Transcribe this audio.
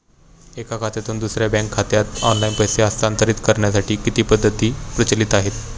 एका खात्यातून दुसऱ्या बँक खात्यात ऑनलाइन पैसे हस्तांतरित करण्यासाठी किती पद्धती प्रचलित आहेत?